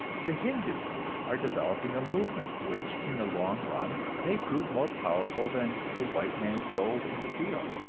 the hindus are developing a movement which in the long run may prove more powerful than the white man's gold and steel.